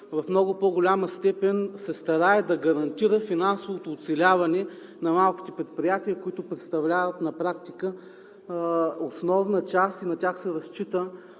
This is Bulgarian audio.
в много по-голяма степен се старае да гарантира финансовото оцеляване на малките предприятия, които представляват на практика основна част, и на тях се разчита